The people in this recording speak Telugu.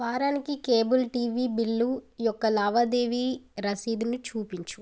వారానికి కేబుల్ టీవీ బిల్లు యొక్క లావాదేవీ రసీదుని చూపించు